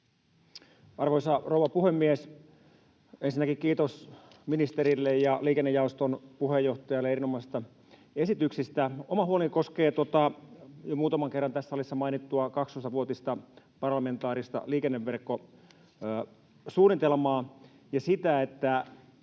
Arvoisa rouva puhemies! Ensinnäkin kiitos ministerille ja liikennejaoston puheenjohtajalle erinomaisista esityksistä. Oma huoleni koskee jo muutaman kerran tässä salissa mainittua 12-vuotista parlamentaarista liikenneverkkosuunnitelmaa ja sitä, että